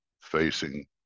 facing